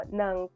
ng